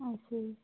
ਅੱਛਾ ਜੀ